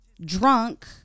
drunk